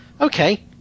Okay